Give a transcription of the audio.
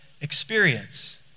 experience